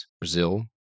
Brazil